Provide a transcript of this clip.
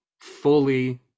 fully